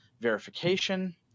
verification